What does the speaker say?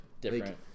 different